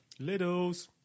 Liddles